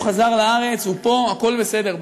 הוא חזר לארץ, הוא פה, הכול בסדר.